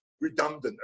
redundant